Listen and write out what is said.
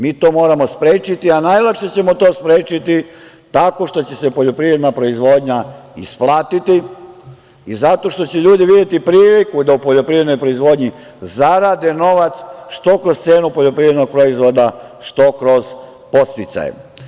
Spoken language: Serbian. Mi to moramo sprečiti, a najlakše ćemo to sprečiti tako što će se poljoprivredna proizvodnja isplatiti i zato što će ljudi videti priliku da u poljoprivrednoj proizvodnji zarade novac, što kroz cenu poljoprivrednog proizvoda, što kroz podsticaje.